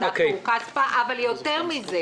ויותר מזה